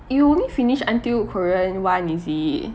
you only finish until korean one is it